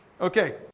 Okay